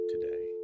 today